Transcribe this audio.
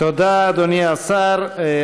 עכשיו לגבי הגיור, סוגיה מאוד סבוכה.